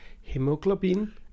hemoglobin